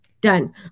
done